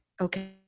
Okay